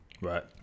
Right